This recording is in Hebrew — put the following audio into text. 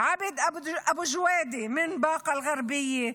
עבד אבו גודה מבאקה אל-גרבייה,